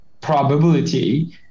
probability